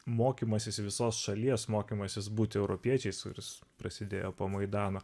mokymasis visos šalies mokymasis būti europiečiais ir jis prasidėjo po maidano